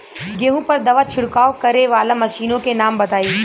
गेहूँ पर दवा छिड़काव करेवाला मशीनों के नाम बताई?